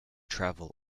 travel